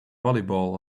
volleyball